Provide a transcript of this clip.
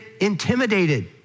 intimidated